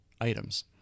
items